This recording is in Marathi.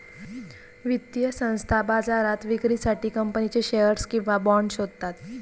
वित्तीय संस्था बाजारात विक्रीसाठी कंपनीचे शेअर्स किंवा बाँड शोधतात